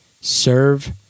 Serve